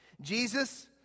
Jesus